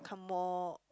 more